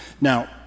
Now